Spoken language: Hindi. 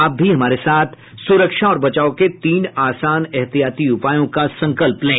आप भी हमारे साथ सुरक्षा और बचाव के तीन आसान एहतियाती उपायों का संकल्प लें